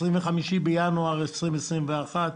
25 בינואר 2021,